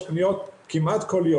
בערך 50%/50% חוץ מהגרושים.